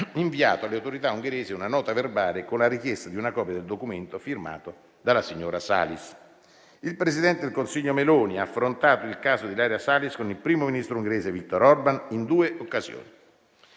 inviato alle autorità ungheresi una nota verbale con la richiesta di una copia del documento firmato dalla signora Salis. Il presidente del Consiglio Meloni ha affrontato il caso di Ilaria Salis con il primo ministro ungherese Viktor Orban in due occasioni: